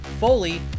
Foley